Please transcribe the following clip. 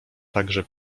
także